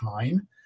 time